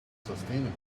sustainable